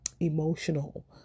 emotional